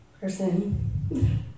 person